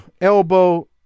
Elbow